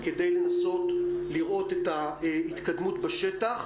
כדי לנסות לראות את ההתקדמות בשטח.